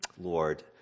Lord